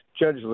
Judge